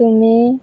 ତୁମେ